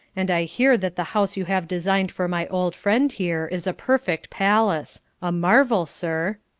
and i hear that the house you have designed for my old friend here is a perfect palace a marvel, sir!